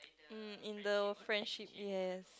mm in the friendship yes